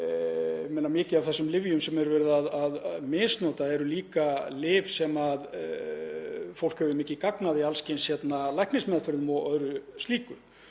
Mikið af þessum lyfjum sem verið er að misnota eru líka lyf sem fólk hefur mikið gagn af í alls kyns læknismeðferðum og öðru slíku.